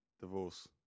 Divorce